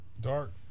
dark